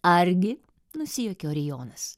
argi nusijuokė marijonas